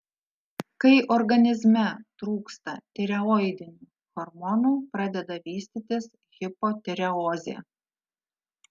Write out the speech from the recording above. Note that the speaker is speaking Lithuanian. kai organizme trūksta tireoidinių hormonų pradeda vystytis hipotireozė